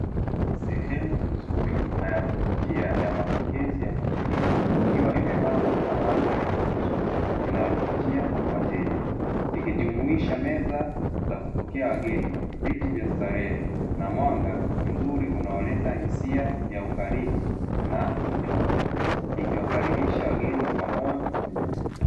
Sehemu nzuri na ya kuvutia ya mapokezi ya hotelini ikiwa imepambwa kwa mandhari nzuri inayovutia wateja. Ikijumuisha meza za kupokea wageni, viti vya starehe na mwanga mzuri unaoleta hisia ya ukaribu na unyonge. Ikiwakaribisha wageni kwa moyo mkunjufu.